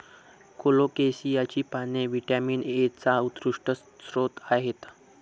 कोलोकेसियाची पाने व्हिटॅमिन एचा उत्कृष्ट स्रोत आहेत